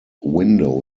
window